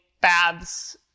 baths